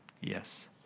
Yes